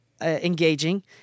engaging